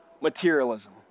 materialism